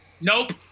Nope